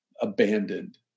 abandoned